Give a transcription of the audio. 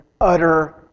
utter